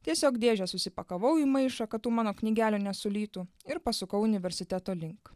tiesiog dėžę susipakavau į maišą kad tų mano knygelių nesulytų ir pasukau universiteto link